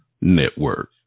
Network